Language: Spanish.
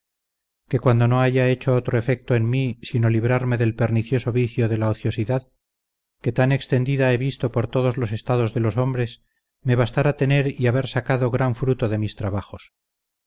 que cuando no haya hecho otro efecto en mí sino librarme del pernicioso vicio de la ociosidad que tan extendida he visto por todos los estados de los hombres me bastara tener y haber sacado gran fruto de mis trabajos